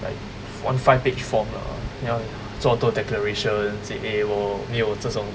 like one five page form lah 你要做很多 declaration say eh 我没有这种